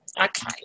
Okay